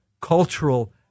cultural